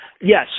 Yes